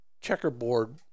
checkerboard